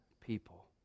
people